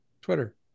Twitter